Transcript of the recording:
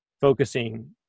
focusing